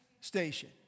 station